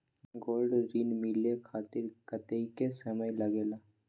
Gold ऋण मिले खातीर कतेइक समय लगेला?